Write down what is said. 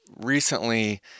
recently